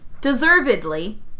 Deservedly